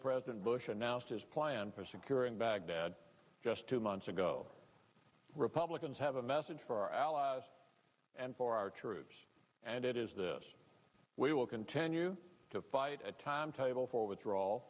president bush announced his plan for securing baghdad just two months ago republicans have met for our allies and for our troops and it is this we will continue to fight a timetable for withdrawal